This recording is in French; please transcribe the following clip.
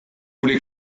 voulez